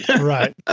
Right